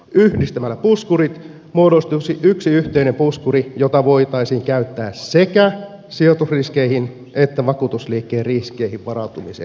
yhdistämällä puskurit muodostuisi yksi yhteinen puskuri jota voitaisiin käyttää sekä sijoitusriskeihin että vakuutusliikkeen riskeihin varautumiseen